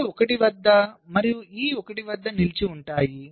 A 1 వద్ద మరియు E 1 వద్ద నిలిచిఉంటాయి